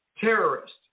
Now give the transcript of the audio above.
terrorist